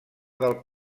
del